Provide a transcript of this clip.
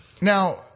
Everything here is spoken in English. Now